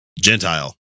Gentile